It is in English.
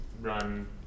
run